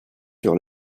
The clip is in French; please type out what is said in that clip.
sur